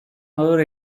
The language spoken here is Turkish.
ağır